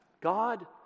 God